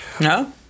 No